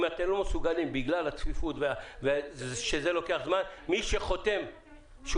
אם אתם לא מסוגלים בגלל הצפיפות והזמן שזה לוקח מי שחותם שהוא